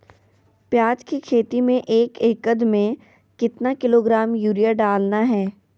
प्याज की खेती में एक एकद में कितना किलोग्राम यूरिया डालना है?